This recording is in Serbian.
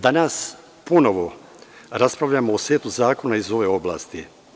Danas ponovo raspravljamo o setu zakona iz ove oblasti.